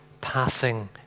passing